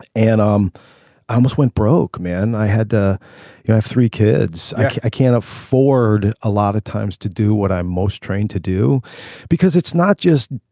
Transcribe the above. and um i i almost went broke. man i had to have three kids. i can't afford a lot of times to do what i'm most trained to do because it's not just.